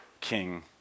king